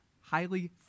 highly